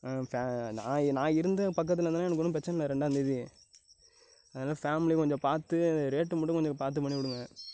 ஆ ஃபே நான் இ நான் இருந்து பக்கத்தில் இருந்தேனா எனக்கு ஒன்றும் பிரச்சனையில்லை ரெண்டாம் தேதி அதனால் ஃபேமிலி கொஞ்சம் பார்த்து ரேட்டு மட்டும் கொஞ்சம் பார்த்து பண்ணிவிடுங்க